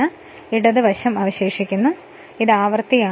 ഇപ്പോൾഇടത് വശം അവശേഷിക്കുന്നു കാരണം അത് ആവൃത്തിയാണ്